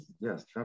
Yes